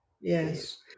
Yes